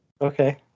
Okay